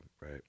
right